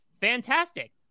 fantastic